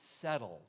settled